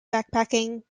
backpacking